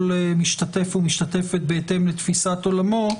כל משתתף ומשתתפת בהתאם לתפיסת עולמו.